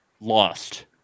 lost